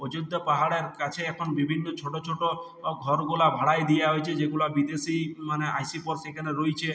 অযোধ্যা পাহাড়ের কাছে এখন বিভিন্ন ছোটো ছোটো ঘরগুলা ভাড়ায় দিয়া হইছে যেগুলা বিদেশি মানে আইসে পর সেখানে রইছে